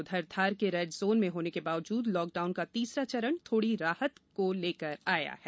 उधर धार के red zone में होने के बावजूद लॉकडाउन का तीसरा चरण थोड़ी राहत लेकर आया है